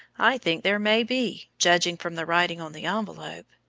i think there may be, judging from the writing on the envelope.